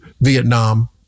Vietnam